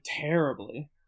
terribly